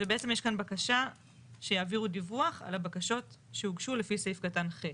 ובעצם יש כאן בקשה שיעבירו דיווח על הבקשות שהוגשו לפי סעיף קטן ח'.